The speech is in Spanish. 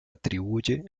atribuye